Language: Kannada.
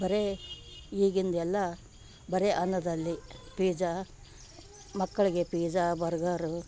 ಬರೇ ಈಗಿಂದೆಲ್ಲ ಬರೇ ಅನ್ನದಲ್ಲಿ ಪೀಜಾ ಮಕ್ಕಳಿಗೆ ಪೀಜಾ ಬರ್ಗರು